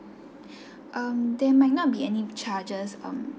um they might not be any charges um